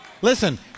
Listen